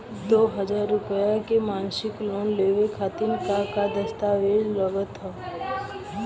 दो हज़ार रुपया के मासिक लोन लेवे खातिर का का दस्तावेजऽ लग त?